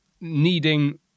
needing